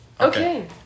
Okay